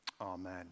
Amen